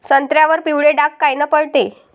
संत्र्यावर पिवळे डाग कायनं पडते?